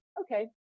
Okay